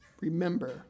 Remember